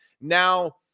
Now –